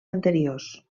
anteriors